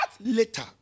later